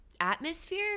atmosphere